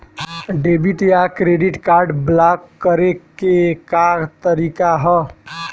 Debit या credit card block करे के का तरीका ह?